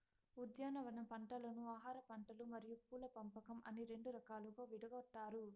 ఉద్యానవన పంటలను ఆహారపంటలు మరియు పూల పంపకం అని రెండు రకాలుగా విడగొట్టారు